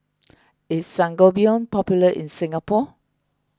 is Sangobion popular in Singapore